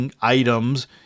items